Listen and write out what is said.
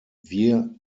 wir